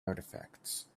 artifacts